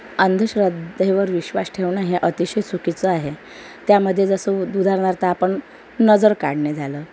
अंधश्रद्धेवर विश्वास ठेवणं हे अतिशय चुकीचं आहे त्यामध्ये जसं उ उदाहरणार्थ आपण नजर काढणे झालं